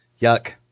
Yuck